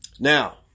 Now